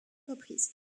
reprises